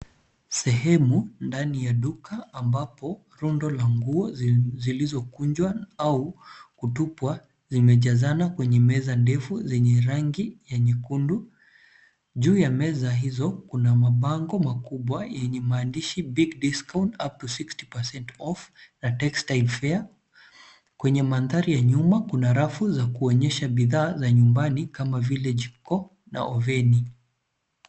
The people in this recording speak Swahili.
Sehemu ndani ya duka ambapo rundo za nguo zilizokunjwa au kutupwa zimejazana kwenye meza ndefu za rangi ya nyekundu. Juu ya meza hizo, kuna mabango makubwa yenye maandishi {cs]big discount upto 60% off na textile fair . Kwenye mandhari ya nyuma kuna rafu za kuonyesha bidhaa za nyumbani kama vile jiko na oveni.